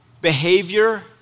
behavior